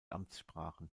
amtssprachen